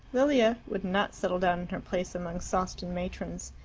lilia would not settle down in her place among sawston matrons.